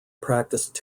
practiced